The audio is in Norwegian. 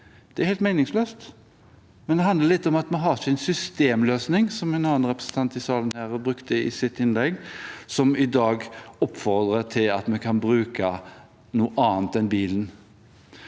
Det er helt meningsløst. Det handler litt om at vi ikke har en systemløsning, som en annen representant i salen sa i sitt innlegg, som i dag oppfordrer til at vi kan bruke noe annet enn bilen.